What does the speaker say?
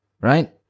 Right